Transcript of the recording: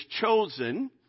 chosen